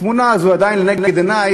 התמונה הזו עדיין לנגד עיני,